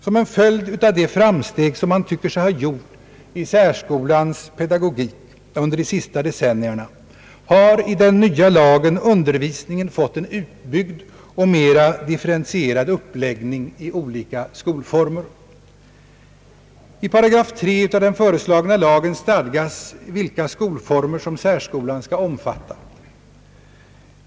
Som en följd av de framsteg man tycker sig ha gjort i särskolans pedagogik under de senaste decennierna har i den nya lagen undervisningen fått en utbyggd och mera differentierad uppläggning i olika skolformer, I § 3 av den föreslagna lagen stadgas vilka skolformer som särskolan skall omfatta.